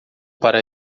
para